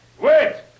Wait